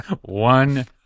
one